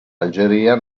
algeria